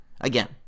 Again